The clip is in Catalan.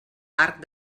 arc